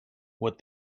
what